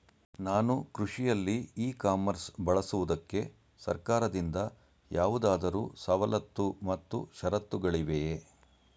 ನಾನು ಕೃಷಿಯಲ್ಲಿ e commerce ಬಳಸುವುದಕ್ಕೆ ಸರ್ಕಾರದಿಂದ ಯಾವುದಾದರು ಸವಲತ್ತು ಮತ್ತು ಷರತ್ತುಗಳಿವೆಯೇ?